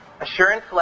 assurance